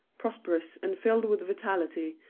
prosperous and filled with vitality,